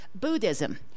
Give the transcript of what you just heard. Buddhism